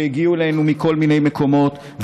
שהגיעו אלינו מכל מיני מקומות,